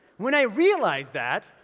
when i realized that,